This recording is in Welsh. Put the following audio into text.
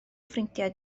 ffrindiau